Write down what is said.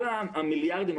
כל המיליארדים,